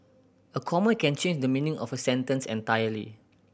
a comma can change the meaning of a sentence entirely